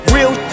Real